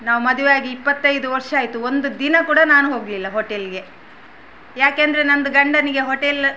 ನಾವು ಮದುವೆಯಾಗಿ ಇಪ್ಪತ್ತೈದು ವರ್ಷ ಆಯಿತು ಒಂದು ದಿನ ಕೂಡ ನಾನು ಹೋಗಲಿಲ್ಲ ಹೋಟೆಲ್ಗೆ ಯಾಕೆಂದರೆ ನಂದು ಗಂಡನಿಗೆ ಹೋಟೆಲ್ಲ